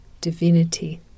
divinity